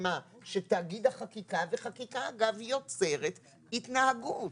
מה שתגיד החקיקה וחקיקה אגב יוצרת התנהגות.